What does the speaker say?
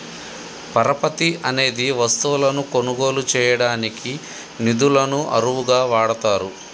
పరపతి అనేది వస్తువులను కొనుగోలు చేయడానికి నిధులను అరువుగా వాడతారు